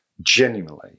Genuinely